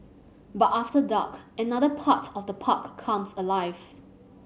but after dark another part of the park comes alive